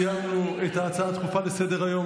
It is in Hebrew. סיימנו את ההצעה הדחופה לסדר-היום.